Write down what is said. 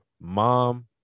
mom